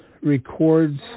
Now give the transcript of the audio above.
records